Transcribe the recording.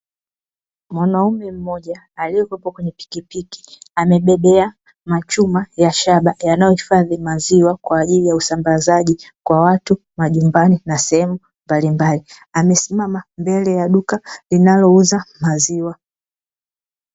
Mwanaume mmoja aliyekuwepo kwenye pikipiki amebebea machuma ya shaba yanayohifadhi maziwa kwa ajili ya usambazaji, kwa watu majumbani na sehemu mbalimbali. Amesimama mbele ya duka linalouza maziwa.